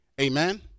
Amen